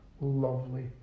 lovely